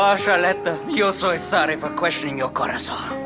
ah charletta, yo soy sorry for questioning your corazon.